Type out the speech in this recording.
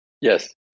Yes